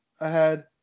ahead